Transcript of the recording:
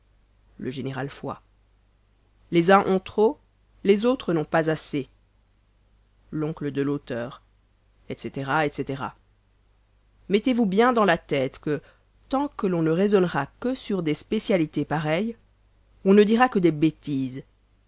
les uns ont trop les autres n'ont pas assez etc etc mettez-vous bien dans la tête que tant que l'on ne raisonnera que sur des spécialités pareilles on ne dira que des bêtises